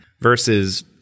versus